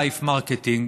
לייף מרקטינג",